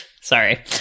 Sorry